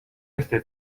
este